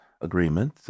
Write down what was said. agreement